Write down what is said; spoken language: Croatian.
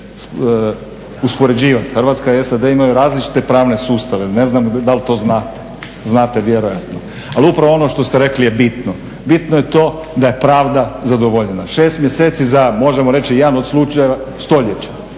uspoređivati. Hrvatska i SAD imaju različite pravne sustave, ne znam da li to znate. Znate vjerojatno. Ali upravo ono što ste rekli je bitno, bitno je to da je pravda zadovoljena. 6 mjeseci za možemo reći jedan od slučaja stoljeća,